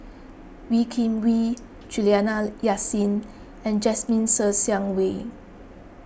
Wee Kim Wee Juliana Yasin and Jasmine Ser Xiang Wei